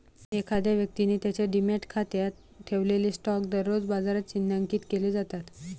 एखाद्या व्यक्तीने त्याच्या डिमॅट खात्यात ठेवलेले स्टॉक दररोज बाजारात चिन्हांकित केले जातात